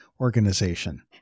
organization